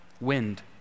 wind